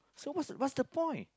so what's what's the point